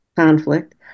conflict